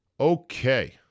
Okay